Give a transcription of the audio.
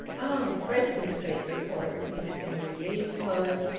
oh! preston street! the porter repeated in a relieved tone,